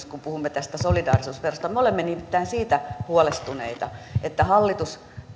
kun puhumme tästä solidaarisuusverosta me olemme nimittäin huolestuneita siitä että hallitus